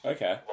Okay